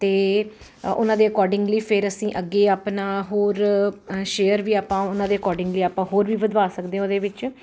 ਅਤੇ ਉਹਨਾਂ ਦੇ ਅਕੋਰਡਿੰਗਲੀ ਫਿਰ ਅਸੀਂ ਅੱਗੇ ਆਪਣਾ ਹੋਰ ਸ਼ੇਅਰ ਵੀ ਆਪਾਂ ਉਹਨਾਂ ਦੇ ਅਕੋਰਡਿੰਗਲੀ ਆਪਾਂ ਹੋਰ ਵੀ ਵਧਵਾ ਸਕਦੇ ਉਹਦੇ ਵਿੱਚ